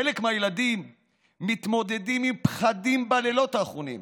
חלק מהילדים מתמודדים עם פחדים בלילות האחרונים.